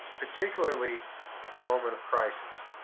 particularly at the moment of crisis.